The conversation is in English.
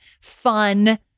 fun